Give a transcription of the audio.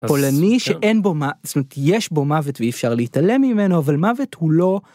פולני שאין בו מה יש בו מוות ואי אפשר להתעלם ממנו אבל מוות הוא לא.